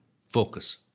focus